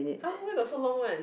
how where got so long one